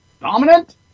Dominant